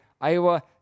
Iowa